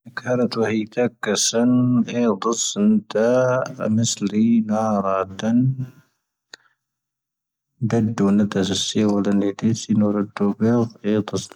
ⴽⴰⵔⴰⵜⵡⴰⵀⵉⵜⴻⴽ ⴽⵙⴻⵏ, ⴻⵉⵍⴷⴰⵙⵏⴷⴰ, ⴰⵎⴻⵙⵍⵉ ⵏⴰⵔⴰⴰⵜⵓⵏ, ⴱⴻⴷⵓⵏⴰⵜⴻⵣⴻ ⵙⴻⵡ ⴷⴰⵏⴰⵜⴻⵣⴻ ⵏoⵔⴰⵜⵡⴰⵡⴻⵍ, ⴻⵉⵍⴷⴰⵙⵏⴷⴰ.